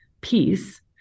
peace